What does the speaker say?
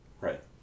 Right